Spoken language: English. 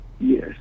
yes